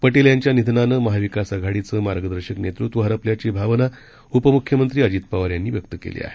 पटेल यांच्या निधनानं महाविकास आघाडीचं मार्गदर्शक नेतृत्व हरपल्याची भावना उपमुख्यमंत्री अजित पवार यांनी व्यक्त केली आहे